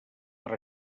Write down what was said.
per